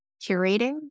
curating